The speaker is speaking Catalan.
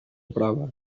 prova